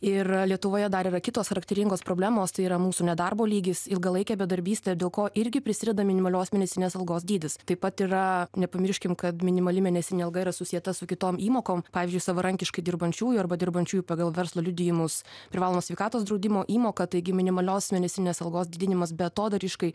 ir lietuvoje dar yra kitos charakteringos problemos tai yra mūsų nedarbo lygis ilgalaikė bedarbystė dėl ko irgi prisideda minimalios mėnesinės algos dydis taip pat yra nepamirškim kad minimali mėnesinė alga yra susieta su kitom įmokom pavyzdžiui savarankiškai dirbančiųjų arba dirbančiųjų pagal verslo liudijimus privalomos sveikatos draudimo įmoka taigi minimalios mėnesinės algos didinimas beatodairiškai